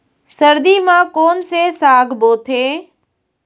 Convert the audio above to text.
सर्दी मा कोन से साग बोथे?